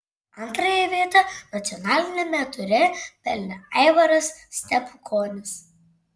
antrąją vietą nacionaliniame ture pelnė aivaras stepukonis